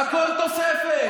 הכול תוספת.